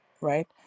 right